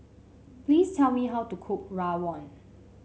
please tell me how to cook Rawon